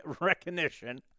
recognition